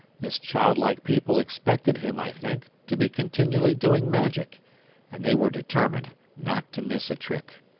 this childlike people expected him, i think, to be continually doing magic and they were determined not to miss a trick.